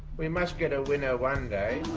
we must get a winner one day